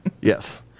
Yes